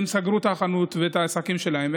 הם סגרו את החנות ואת העסקים שלהם,